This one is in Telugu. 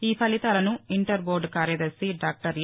ఈఫలితాలను ఇంటర్బోర్డు కార్యదర్శి డాక్లర్ ఎ